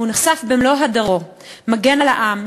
הוא נחשף במלוא הדרו: מגן על העם,